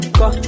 go